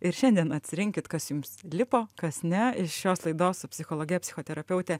ir šiandien atsirinkit kas jums lipo kas ne iš šios laidos su psichologe psichoterapeute